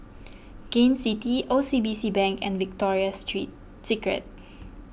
Gain City O C B C Bank and Victoria Street Secret